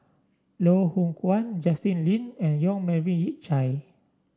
Loh Hoong Kwan Justin Lean and Yong Melvin Yik Chye